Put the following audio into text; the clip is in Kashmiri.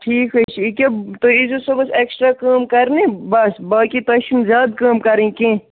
ٹھیٖک حظ چھِ ییٚکیٛاہ تُہۍ ییٖزیو صُبحَس اٮ۪کسٹرٛا کٲم کَرنہِ بَس باقی تۄہہِ چھُو نہٕ زیادٕ کٲم کَرٕنۍ کیٚنٛہہ